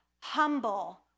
humble